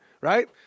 right